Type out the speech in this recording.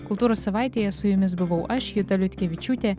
kultūros savaitėje su jumis buvau aš juta liutkevičiūtė